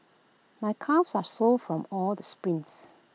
my calves are sore from all the sprints